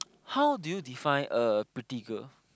how do you define a pretty girl